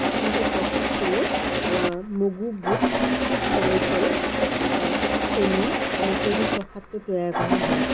ঠিক তেনেকৈ প্ৰসাদটোও মগু বুট নাৰিকল চেনি এনেকৈয়ে দি প্ৰসাদটো তৈয়াৰ কৰা হয়